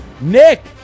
Nick